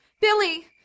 Billy